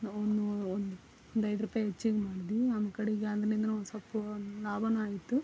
ಒಂದು ಒಂದೈದು ರೂಪಾಯಿ ಹೆಚ್ಚಿಗೆ ಮಾಡಿದ್ವು ಆಮೇಲೆ ಕಡೆಗೆ ಅಂಗ್ಡಿಯೂ ಒಂದು ಸ್ವಲ್ಪ ಲಾಭವೂ ಆಯಿತು